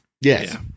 Yes